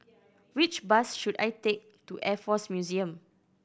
which bus should I take to Air Force Museum